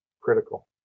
Critical